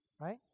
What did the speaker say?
Right